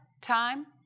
time